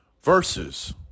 verses